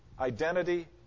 Identity